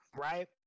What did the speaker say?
right